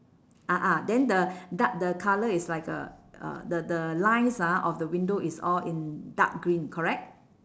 a'ah then the dark the colour is like a uh the the lines ah of the window is all in dark green correct